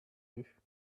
vue